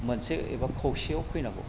मोनसे एबा खौसेआव फैनांगौ